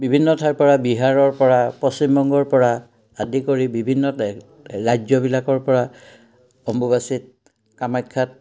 বিভিন্ন ঠাইৰপৰা বিহাৰৰপৰা পশ্চিমবংগৰপৰা আদি কৰি বিভিন্ন ৰাজ্যবিলাকৰপৰা অম্বুবাচীত কামাখ্যাত